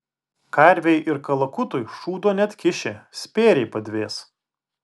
karvei ir kalakutui šūdo neatkiši spėriai padvės